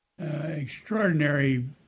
Extraordinary